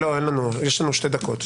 לא, יש לנו שתי דקות.